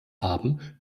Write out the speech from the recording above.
haben